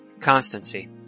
constancy